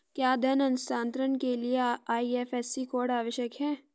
क्या धन हस्तांतरण के लिए आई.एफ.एस.सी कोड आवश्यक है?